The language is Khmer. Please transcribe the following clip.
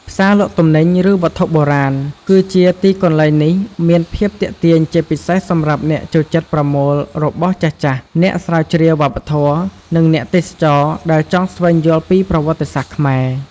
ផ្សារលក់ទំនិញ ឬវត្ថុបុរាណ គឺជាទីកន្លែងនេះមានភាពទាក់ទាញជាពិសេសសម្រាប់អ្នកចូលចិត្តប្រមូលរបស់ចាស់ៗ អ្នកស្រាវជ្រាវវប្បធម៌ និងអ្នកទេសចរណ៍ដែលចង់ស្វែងយល់ពីប្រវត្តិសាស្ត្រខ្មែរ។